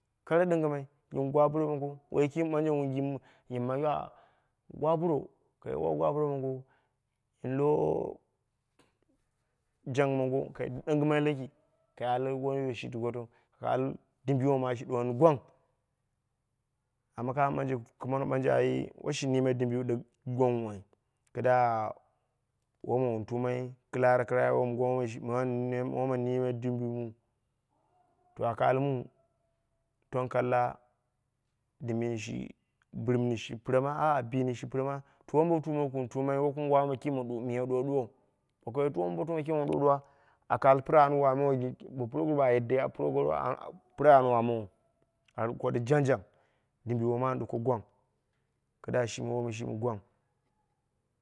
Longɨmai gɨn gwaburo mongo woi kim ɓanje ulan yim yimayu, gwaburo kai wai gwa buro mongo gɨn lo jang mongo ka ɗongɨmai laki ta al woiyi shi tukoto kai al dimbi wo ma shi ɗuwoni gwang amma kama ɓanje, kumat mɨ ɓanje ai woi shi niime dimbiyik gwangnghu ai kɨdda wum mɨn tuumai kilara kɨlara woi wom gwangnghu shi woi woma niime dimbuku kai al mu tong kalla dimbini shi bɨrɨmni shi pɨrma ah bini shi pɨrma twi wom botuma kun tuumai woi ki mɨ ɗuwa ɗuwan boko wai twi wombotuma ki miya ɗuwa ɗuwa aka pɨra an wamowou ge bo puroguru a, yadde puroguru ah pɨra an wamowou aka ɗuko ɗi jangjang dim biyiwo ma an ɗuko jangjang kɨdda shimi wom shi gwang.